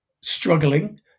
struggling